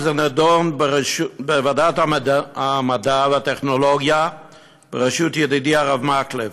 וזה נדון בוועדת המדע והטכנולוגיה בראשות ידידי הרב מקלב.